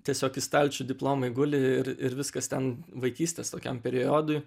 tiesiog į stalčių diplomai guli ir ir viskas ten vaikystės tokiam periodui